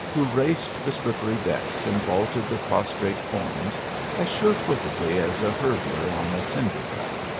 who raced the slippery decks and vaulted the prostrate forms as sure-footedly as a hurdler on a cinder track.